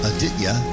Aditya